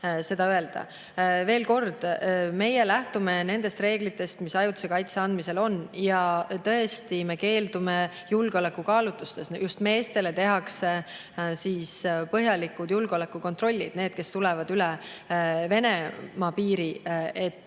seda öelda. Veel kord, meie lähtume nendest reeglitest, mis ajutise kaitse andmisel on, ja tõesti me keeldume julgeolekukaalutlustel. Just meestele tehakse põhjalikud julgeolekukontrollid: kas need, kes tulevad üle Venemaa piiri, on